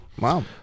Wow